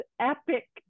epic